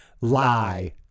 lie